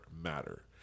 matter